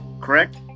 correct